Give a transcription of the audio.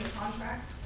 contract?